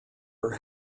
are